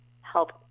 help